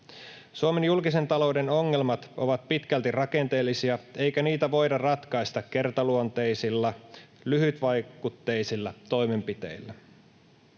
Suomen julkisen talouden ongelmat ovat pitkälti rakenteellisia, eikä niitä voida ratkaista kertaluonteisilla lyhytvaikutteisilla toimenpiteillä,